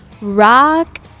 rock